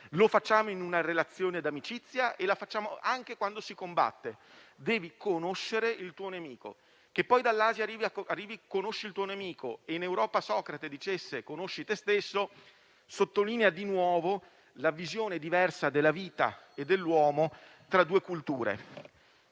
Lo facciamo in una relazione di amicizia e lo facciamo anche quando si combatte: si deve conoscere il proprio nemico. Il fatto poi che dall'Asia arrivi il precetto «conosci il tuo nemico», e in Europa Socrate dicesse «conosci te stesso», sottolinea di nuovo la diversità di visione della vita e dell'uomo tra due culture.